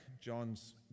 John's